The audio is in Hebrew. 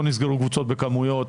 לא נסגרו קבוצות בכמויות.